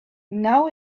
now